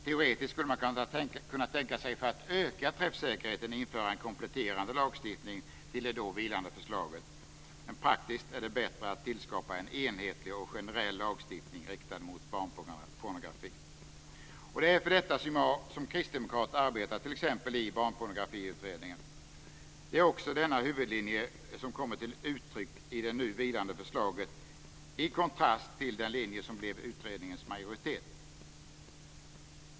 Teoretiskt skulle man kunna tänka sig att, för att öka träffsäkerheten, införa en kompletterande lagstiftning till det då vilande förslaget, men praktiskt är det bättre att tillskapa en enhetlig och generell lagstiftning riktad mot barnpornografi. Och det är för detta som jag som kristdemokrat arbetat i t.ex. Barnpornografiutredningen. Det är också denna huvudlinje som kommit till uttryck i det nu vilande förslaget, i kontrast till den linje som blev utredningens majoritet.